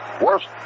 worst